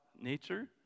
nature